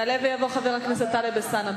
יעלה ויבוא חבר הכנסת טלב אלסאנע.